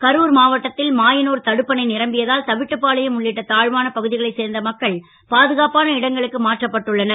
கருர் மாவட்டத் ல் மாயனூர் தடுப்பணை ரம்பியதால் தவிட்டுபாளையும் உள்ளிட்ட தா ாவன பகு களைச் சேர்ந்த மக்கள் பாதுகாப்பான இடங்களுக்கு மாற்றப்பட்டு உள்ளனர்